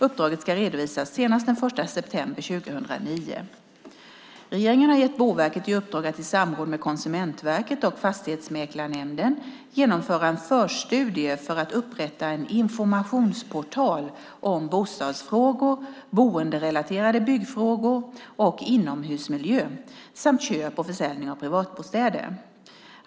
Uppdraget ska redovisas senast den 1 september 2009. Regeringen har gett Boverket i uppdrag att i samråd med Konsumentverket och Fastighetsmäklarnämnden genomföra en förstudie för att upprätta en informationsportal om bostadsfrågor, boenderelaterade byggfrågor och inomhusmiljö samt köp och försäljning av privatbostäder.